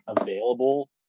available